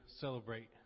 celebrate